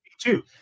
two